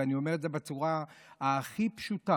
ואני אומר את זה בצורה הכי פשוטה: